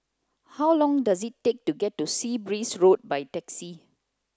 how long does it take to get to Sea Breeze Road by taxi